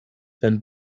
wenn